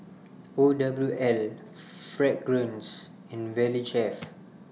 O W L Fragrance and Valley Chef